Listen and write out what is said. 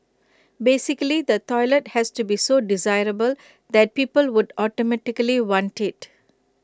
basically the toilet has to be so desirable that people would automatically want IT